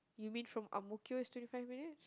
you mean from Ang-Mo-Kio is twenty five minutes